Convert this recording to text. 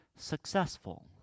successful